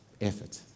effort